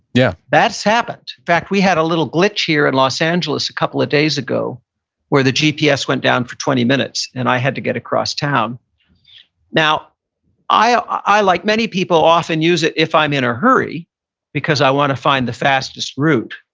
yeah that's happened. in fact, we had a little glitch here in los angeles a couple of days ago where the gps went down for twenty minutes, and i had to get across town now i, ah like many people, often use it if i'm in a hurry because i want to find the fastest route.